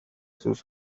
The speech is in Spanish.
sus